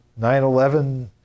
9-11